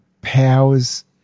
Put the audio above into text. powers